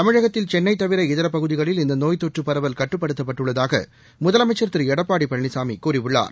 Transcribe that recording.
தமிழகத்தில் சென்ளை தவிர இதர பகுதிகளில் இந்த நோய் தொற்று பரவல் கட்டுப்படுத்தப்பட்டுள்ளதாக முதலமைச்சர் திரு எடப்பாடி பழனிசாமி கூறியுள்ளார்